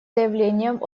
заявлением